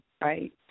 right